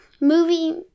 movie